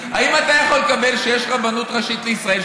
האם אתה יכול לקבל שיש רבנות ראשית לישראל,